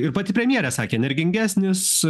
ir pati premjerė sakė energingesnis